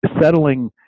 settling